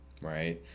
Right